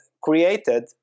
created